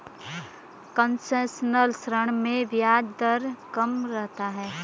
concessional ऋण में ब्याज दर कम रहता है